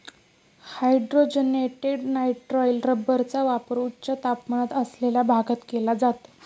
hydrogenated nitrile रबरचा वापर उच्च तापमान असलेल्या भागात केला जातो